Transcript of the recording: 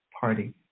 party